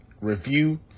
review